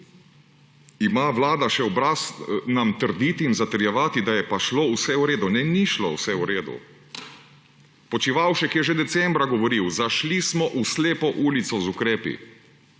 ima Vlada še obraz nam trditi in zatrjevati, da je pa šlo vse v redu. Ne, ni šlo vse v redu! Počivalšek je že decembra govoril: »Zašli smo v slepo ulico z ukrepi.«